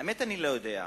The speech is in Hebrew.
לא מבין.